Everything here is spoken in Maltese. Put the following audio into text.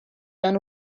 dan